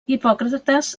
hipòcrates